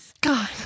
god